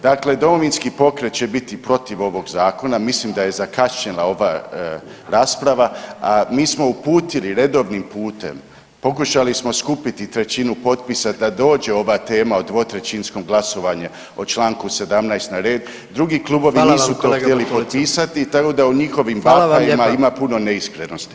Dakle, Domovinski pokret će biti protiv ovog zakona, mislim da je zakašnjela ova rasprava, a mi smo uputili redovnim putem, pokušali smo skupiti 1/3 potpisa da dođe ova tema o dvotrećinskom glasovanju po čl. 17. na red, drugi klubovi nisu to htjeli potpisati [[Upadica predsjednik: Hvala, kolega Bartulica.]] tako da o njihovim … ima puno neiskrenosti.